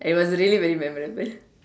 it was really very memorable